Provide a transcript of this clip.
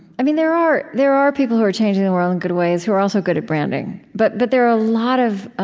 there are there are people who are changing the world in good ways who are also good at branding but but there are a lot of,